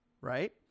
Right